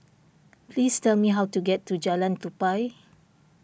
please tell me how to get to Jalan Tupai